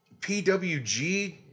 PWG